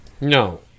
no